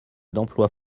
d’emplois